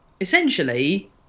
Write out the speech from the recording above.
essentially